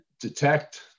detect